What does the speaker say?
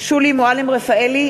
שולי מועלם-רפאלי,